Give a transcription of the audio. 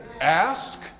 ask